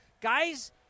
guys